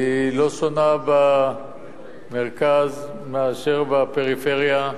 והיא לא שונה במרכז מאשר בפריפריה.